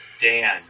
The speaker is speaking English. Dan